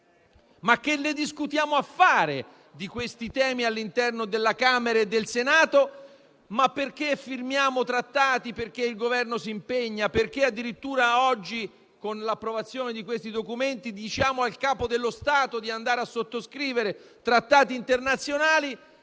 Ma che discutiamo a fare di questi temi all'interno della Camera e del Senato? Perché firmiamo trattati? Perché il Governo si impegni. Perché addirittura oggi, con l'approvazione dei documenti in esame, diciamo al Capo dello Stato di sottoscrivere trattati internazionali,